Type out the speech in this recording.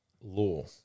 law